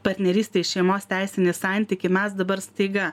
partnerystei šeimos teisinį santykį mes dabar staiga